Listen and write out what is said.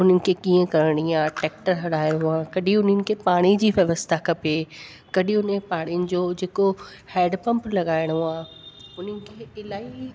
उन्हनि खे कीअं करणी आहे ट्रेक्टर हलाइणो आहे कॾहिं उन्हनि खे पाणी जी व्यवस्था खपे कॾहिं उन पाणीनि जो जेको हैडपंप लॻाइणो आहे उन्हनि खे इलाही